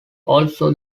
also